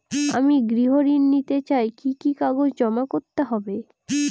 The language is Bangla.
আমি গৃহ ঋণ নিতে চাই কি কি কাগজ জমা করতে হবে?